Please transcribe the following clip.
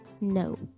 No